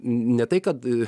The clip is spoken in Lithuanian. ne tai kad